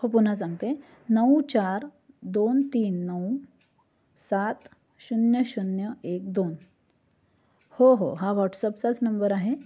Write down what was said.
हो पुन्हा सांगते नऊ चार दोन तीन नऊ सात शून्य शून्य एक दोन हो हो हा व्हॉट्सअपचाच नंबर आहे